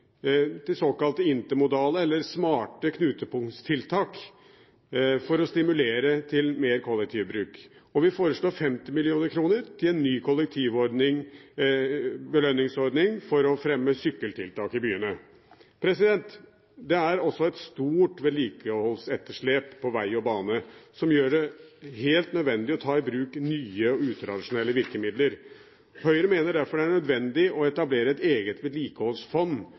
til såkalte intermodale eller smarte knutepunktstiltak for å stimulere til mer kollektivbruk, og vi foreslår 50 mill. kr til en belønningsordning for å fremme sykkeltiltak i byene. Det er også et stort vedlikeholdsetterslep på veg og bane som gjør det helt nødvendig å ta i bruk nye og utradisjonelle virkemidler. Høyre mener derfor det er nødvendig å etablere et eget vedlikeholdsfond